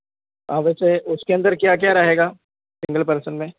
हाँ वैसे उसके अंदर क्या क्या रहेगा सिंगल पर्सन में